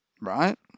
right